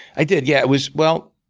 i did, yeah. it was well,